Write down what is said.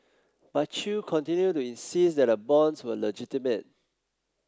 but Chew continue to insist that the bonds were legitimate